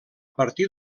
partir